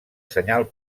senyal